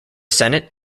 senate